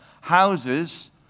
houses